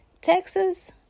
Texas